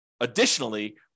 additionally